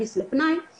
טבק